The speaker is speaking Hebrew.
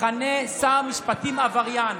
מכנה את שר המשפטים עבריין.